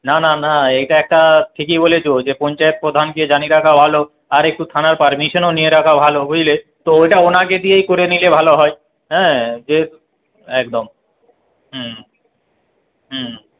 না না না এটা একটা ঠিকই বলেছ যে পঞ্চায়েত প্রধানকে জানিয়ে রাখা ভালো আর একটু থানার পারমিশনও নিয়ে রাখা ভালো বুঝলে তো ওইটা ওনাকে দিয়েই করে নিলে ভালো হয় হ্যাঁ যে একদম হুম হুম